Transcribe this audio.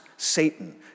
Satan